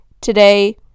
today